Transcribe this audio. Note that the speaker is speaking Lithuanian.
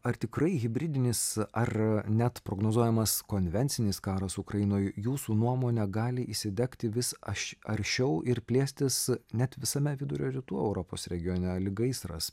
ar tikrai hibridinis ar net prognozuojamas konvencinis karas ukrainoj jūsų nuomone gali įsidegti vis aš aršiau ir plėstis net visame vidurio rytų europos regione lyg gaisras